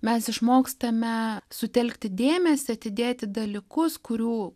mes išmokstame sutelkti dėmesį atidėti dalykus kurių